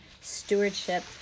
stewardship